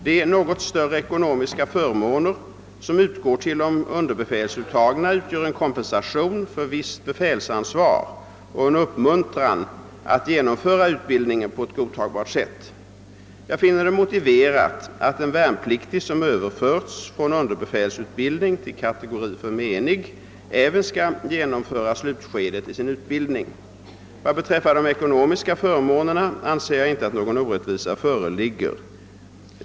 De något större ekonomiska förmåner som utgår till de underbefälsuttagna utgör en kompensation för visst befälsansvar och en uppmuntran att genomföra utbildningen på ett godtagbart sätt. Jag finner det motiverat att en värnpliktig som överförts från underbefälsutbildning till kategori för menig även skall genomföra slutskedet i sin utbildning. Vad beträffar de ekonomiska för månerna anser jag inte att någon orättvisa föreligger.